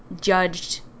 judged